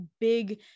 big